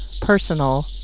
personal